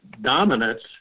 dominance